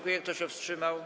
Kto się wstrzymał?